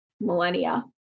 millennia